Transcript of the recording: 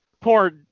Poor